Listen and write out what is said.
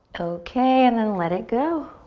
okay, and then let it go.